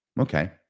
Okay